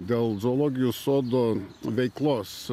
dėl zoologijos sodo veiklos